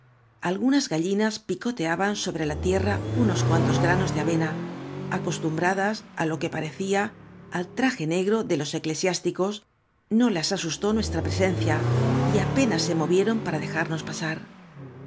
algunas gallinas picoteaban sobre la tierra unos cuantos granos de avens acos lumbradas á lo qae parecía al traje negro de los eclesiásticos no las asustó nuestra presencia y apenas se movieron para dejarnos pasar